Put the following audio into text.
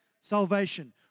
salvation